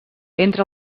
entre